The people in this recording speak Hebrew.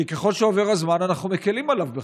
כי ככל שעובר הזמן אנחנו מקילים עליו בכך.